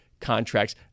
contracts